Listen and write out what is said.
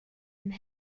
and